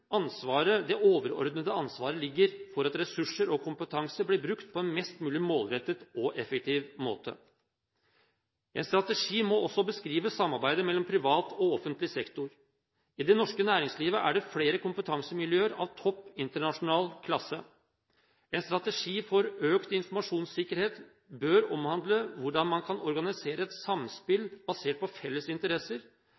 det overordnede ansvaret ligger for at ressurser og kompetanse blir brukt på en mest mulig målrettet og effektiv måte. En strategi må også beskrive samarbeidet mellom privat og offentlig sektor. I det norske næringslivet er det flere kompetansemiljøer av topp internasjonal klasse. En strategi for økt informasjonssikkerhet bør omhandle hvordan man kan organisere et